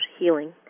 healing